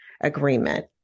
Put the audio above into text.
agreement